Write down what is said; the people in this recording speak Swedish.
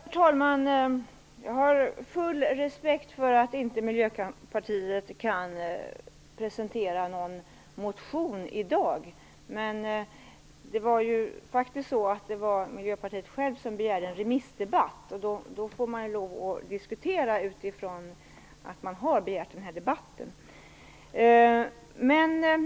Herr talman! Jag har full respekt för att Miljöpartiet inte kan presentera någon motion i dag. Men det var ju Miljöpartiet självt som begärde en remissdebatt, och då får vi diskutera från den utgångspunkten.